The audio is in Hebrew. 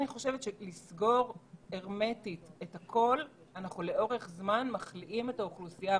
אם נסגור הרמטית את הכול אנחנו לאורך זמן גורמים לתחלואה באוכלוסייה.